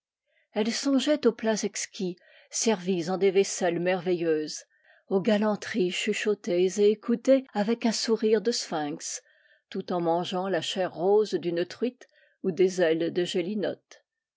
elle songeait aux plats exquis servis en des vaisselles merveilleuses aux galanteries chuchotées et écoutées avec un sourire de sphinx tout en mangeant la chair rose d'une truite ou des ailes de géhnotte